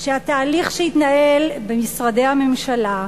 שהתהליך שהתנהל במשרדי הממשלה,